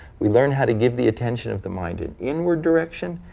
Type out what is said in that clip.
we learn how to give the attention of the mind an inward direction,